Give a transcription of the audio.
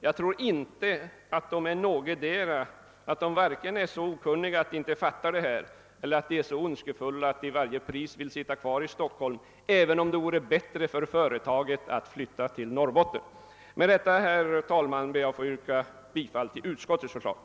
Jag tror varken att styrelseledamöterna är så okunniga att de inte begriper denna fråga eller att de är så ondskefulla att de till varje pris vill sitta kvar i Stockholm, även om det vore bättre för företaget att flytta till Norrbotten. Herr talman! Jag ber att få yrka bifall till utskottets hemställan.